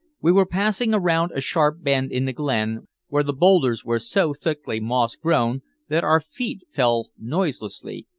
we were passing around a sharp bend in the glen where the boulders were so thickly moss-grown that our feet fell noiselessly,